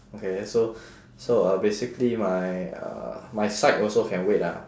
okay so so uh basically my uh my psych also can wait ah